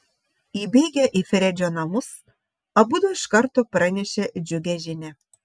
įbėgę į fredžio namus abudu iš karto pranešė džiugią žinią